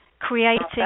creating